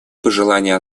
пожелание